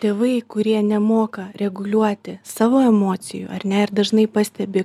tėvai kurie nemoka reguliuoti savo emocijų ar ne ir dažnai pastebi